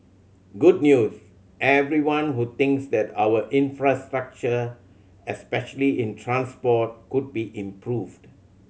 good news everyone who thinks that our infrastructure especially in transport could be improved